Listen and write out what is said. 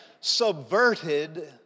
subverted